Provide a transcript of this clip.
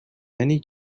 many